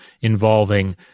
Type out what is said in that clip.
involving